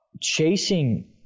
Chasing